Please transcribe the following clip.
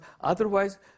otherwise